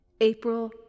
April